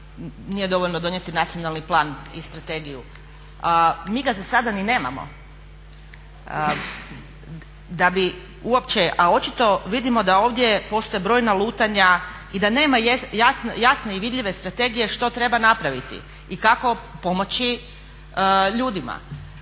nije dovoljno donijeti nacionalni plan i strategiju. Mi ga za sada ni nemamo. Da bi uopće, a očito vidimo da ovdje postoje brojna lutanja i da nema jasne i vidljive strategije što treba napraviti i kako pomoći ljudima.